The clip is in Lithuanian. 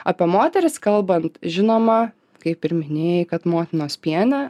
apie moteris kalbant žinoma kaip ir minėjai kad motinos piene